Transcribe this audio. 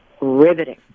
riveting